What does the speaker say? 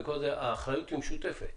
האחריות היא משותפת.